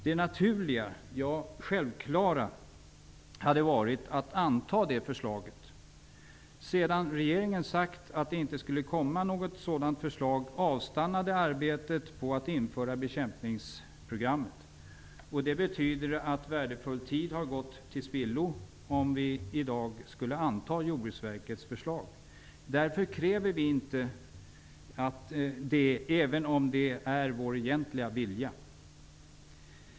Det naturliga, ja självklara, hade varit att anta det förslaget. Sedan regeringen sagt att det inte skulle komma något sådant förslag avstannade arbetet på att införa bekämpningsprogrammet. Det betyder att värdefull tid har gått till spillo om riksdagen i dag skulle anta Jordbruksverkets förslag. Därför kräver vi inte det, även om det är vad vi egentligen vill.